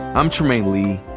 i'm trymaine lee.